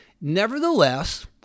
Nevertheless